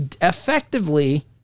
effectively